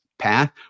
path